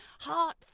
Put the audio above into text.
heart